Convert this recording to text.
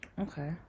Okay